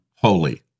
Holy